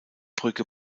brücke